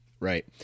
Right